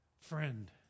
Friend